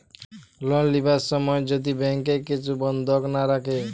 loan লিবার সময় যদি ব্যাংকে কিছু বন্ধক না রাখে